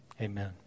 amen